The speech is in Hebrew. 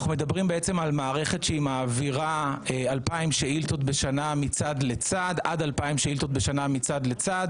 אנחנו מדברים על מערכת שמעבירה עד 2,000 שאילתות בשנה מצד לצד.